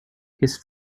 his